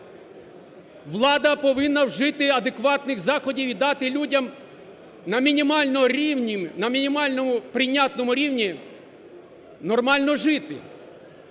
влада повинна вжити адекватних заходів і дати людям на мінімальному прийнятному рівні нормально жити.